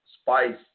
Spice